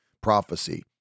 prophecy